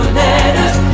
letters